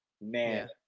man